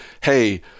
hey